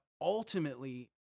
ultimately